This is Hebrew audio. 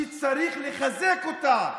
שצריך לחזק אותה,